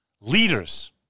leaders